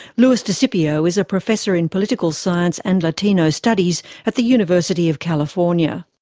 louis desipio is a professor in political science and latino studies at the university of california.